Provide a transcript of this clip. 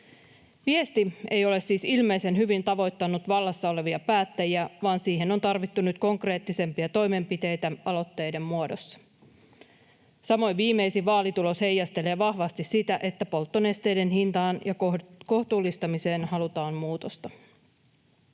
Viesti ei ole siis ilmeisen hyvin tavoittanut vallassa olevia päättäjiä, vaan siihen on tarvittu nyt konkreettisempia toimenpiteitä aloitteiden muodossa. Samoin viimeisin vaalitulos heijastelee vahvasti sitä, että polttonesteiden hintaan ja kohtuullistamiseen halutaan muutosta.